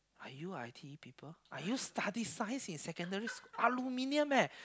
are you i_t_e people are you study science in Secondary school aluminium eh